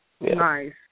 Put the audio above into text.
Nice